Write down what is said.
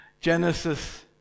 Genesis